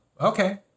okay